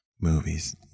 movies